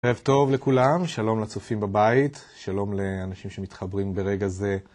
ערב טוב לכולם, שלום לצופים בבית, שלום לאנשים שמתחברים ברגע זה.